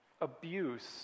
Abuse